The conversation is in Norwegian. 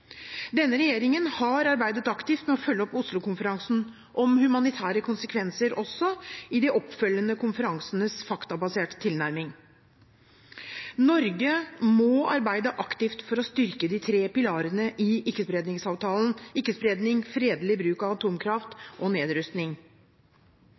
Denne regjeringen har arbeidet aktivt med å følge opp Oslo-konferansen om humanitære konsekvenser av atomvåpen også i de oppfølgende konferansenes faktabaserte tilnærming. Norge må arbeide aktivt for å styrke de tre pilarene i ikkespredningsavtalen: ikke-spredning, fredelig bruk av atomkraft og nedrustning.